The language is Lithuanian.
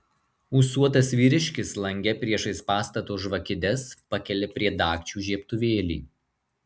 ūsuotas vyriškis lange priešais pastato žvakides pakelia prie dagčių žiebtuvėlį